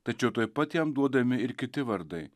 tačiau tuoj pat jam duodami ir kiti vardai